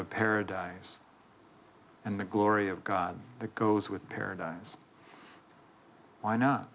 a paradise and the glory of god that goes with paradise why not